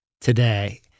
today